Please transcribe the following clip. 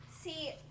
See